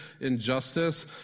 injustice